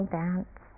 dance